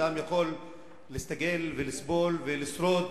אדם יכול להסתגל ולסבול ולשרוד,